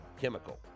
chemical